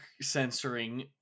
censoring